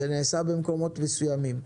זה נעשה במקומות מסוימים.